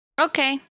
Okay